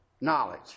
knowledge